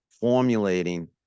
formulating